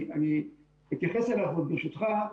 אני אתייחס אליו עוד ברשותך.